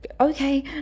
okay